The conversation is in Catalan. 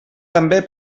també